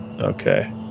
Okay